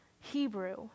Hebrew